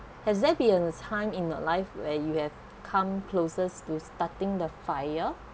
has that be a time in a life where you have come closes to starting the fire